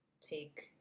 take